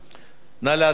נא להצביע.